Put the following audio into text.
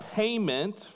payment